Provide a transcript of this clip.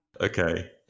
Okay